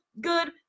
good